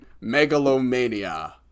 Megalomania